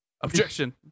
Objection